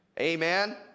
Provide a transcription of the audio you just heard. amen